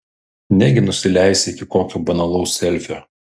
negi nusileisi iki kokio banalaus selfio